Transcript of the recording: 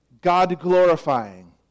God-glorifying